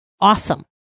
awesome